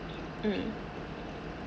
mm